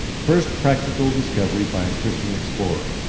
first practical discovery by a christian explorer.